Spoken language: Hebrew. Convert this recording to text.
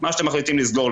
מה שאתם מחליטים לסגור,